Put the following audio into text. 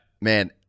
man